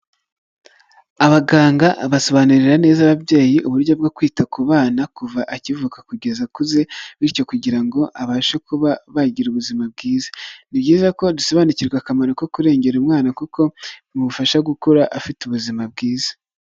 Abaganga basobanurira neza ababyeyi uburyo bwo kwita ku bana, kuva akivuka kugeza akuze bityo kugira ngo bababashe kuba bagira ubuzima bwiza, ni byiza ko dusobanukirwa akamaro ko kurengera umwana kuko bimufasha gukura afite ubuzima bwiza.